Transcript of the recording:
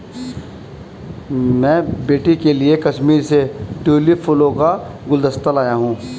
मैं बेटी के लिए कश्मीर से ट्यूलिप फूलों का गुलदस्ता लाया हुं